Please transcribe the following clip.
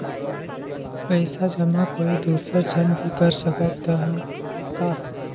पइसा जमा कोई दुसर झन भी कर सकत त ह का?